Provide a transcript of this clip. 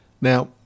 Now